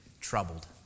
troubled